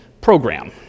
program